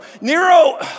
Nero